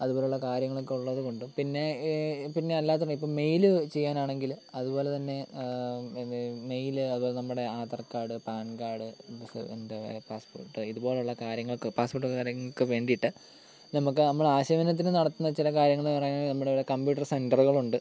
അതുപോലുള്ള കാര്യങ്ങളൊക്കെ ഉള്ളത് കൊണ്ടും പിന്നെ പിന്നെ അല്ലാത്തത് ഇപ്പം മെയില് ചെയ്യാനാണെങ്കിൽ അതുപോലെ തന്നെ മെയില് അതുപോലെ നമ്മുടെ ആധാർ കാർഡ് പാൻ കാർഡ് എന്താ പാസ്സ്പോർട്ട് ഇതുപോലുള്ള കാര്യങ്ങൾക്ക് പാസ്സ്പോർട്ട് കാര്യങ്ങൾക്ക് വേണ്ടീട്ട് നമുക്ക് നമ്മൾ ആശയവിനിമയത്തിന് നടത്തുന്ന ചില കാര്യങ്ങളെന്ന് പറഞ്ഞാൽ നമ്മുടെ ഇവിടെ കമ്പ്യൂട്ടർ സെൻ്ററുകളുണ്ട്